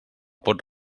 pot